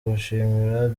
gushimira